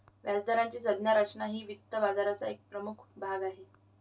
व्याजदराची संज्ञा रचना हा वित्त बाजाराचा एक प्रमुख भाग आहे